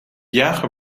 jager